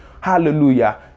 hallelujah